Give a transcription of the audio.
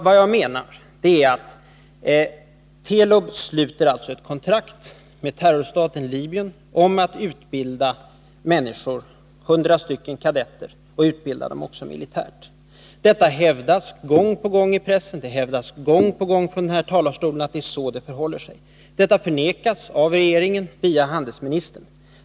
Vad jag menar är: Telub sluter ett kontrakt med terrorstaten Libyen om att utbilda 100 kadetter och att även utbilda dem militärt. Detta hävdas gång på gång pressen. Det hävdas gång på gång från denna talarstol att det är så det förhåller sig. Detta förnekas av regeringen via handelsministern.